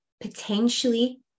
potentially